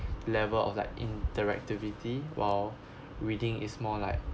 level of like interactivity while reading is more like